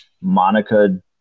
Monica